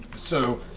so.